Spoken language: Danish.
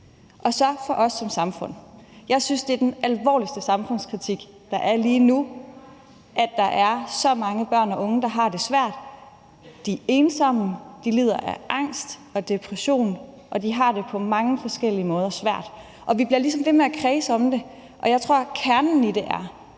vil jeg sige, at jeg synes, det er den alvorligste samfundskritik, der er lige nu, at der er så mange børn og unge, der har det svært. De er ensomme, de lider af angst og depression, og de har det på mange forskellige måder svært. Vi bliver ligesom ved med at kredse om det, og jeg tror, at kernen i det er,